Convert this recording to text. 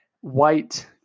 white